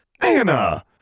Anna